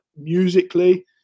musically